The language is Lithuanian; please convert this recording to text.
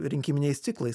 rinkiminiais ciklais